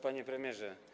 Panie Premierze!